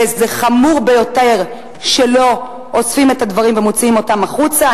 וזה חמור ביותר שלא אוספים את הדברים ומוציאים אותם החוצה.